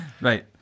Right